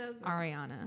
Ariana